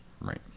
right